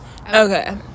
Okay